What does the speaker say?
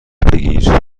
بگیر